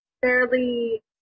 fairly